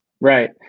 Right